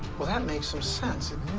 well, that makes some sense.